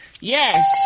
Yes